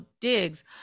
digs